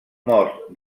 mort